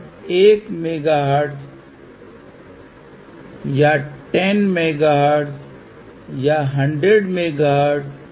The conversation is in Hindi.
हम बस इस चीज़ को जल्दी से पेश करेंगे और यहाँ इस उदाहरण में ZL 100 j 30 Ω के बराबर है और इसका मिलान 50 Ω से किया जाना है